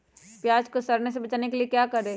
प्याज को सड़ने से बचाने के लिए क्या करें?